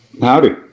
Howdy